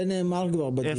זה נאמר כבר בדיון.